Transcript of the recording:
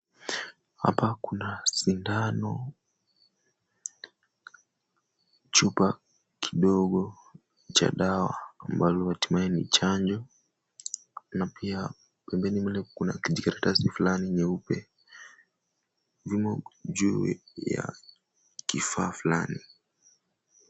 Hapa kuna sindano chupa kidogo cha dawa ambalo hatimaye ni chanjo. Na pia pembeni mle kuna kijikaratasi fulani nyeupe. Vimo juu ya kifaa fulani.